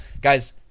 guys